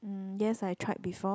um yes I tried before